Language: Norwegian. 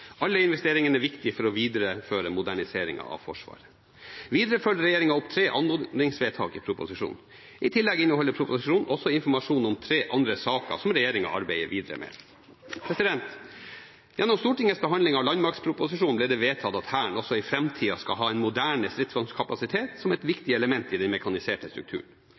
Alle investeringene er viktige for å videreføre moderniseringen av Forsvaret. Videre følger regjeringen opp tre anmodningsvedtak i proposisjonen. I tillegg inneholder proposisjonen også informasjon om tre andre saker som regjeringen arbeider videre med. Gjennom Stortingets behandling av landmaktproposisjonen ble det vedtatt at Hæren også i framtida skal ha en moderne stridsvognkapasitet som et viktig element i den mekaniserte strukturen.